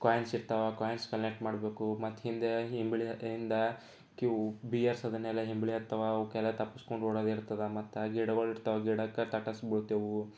coins ಇರ್ತವೆ coins collect ಮಾಡ್ಬೇಕು ಮತ್ತೆ ಹಿಂದೆ ಹಿಂಬಳಿಯಿಂದ ಕ್ಯೂಬಿಯರ್ಸ್ ಅದನ್ನೆಲ್ಲ ಹಿಂಬಳಿ ಇರ್ತವೆ ಅವಕ್ಕೆಲ್ಲ ತಪ್ಪಿಸಿಕೊಂಡು ಓಡೋದು ಇರ್ತದೆ ಮತ್ತೆ ಆ ಗಿಡಗಳು ಇರ್ತವೆ ಗಿಡಕ್ಕೆ ತಟ್ಟಿಸಿ ಬೀಳ್ತೇವೆ